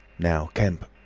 now, kemp,